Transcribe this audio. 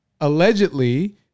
allegedly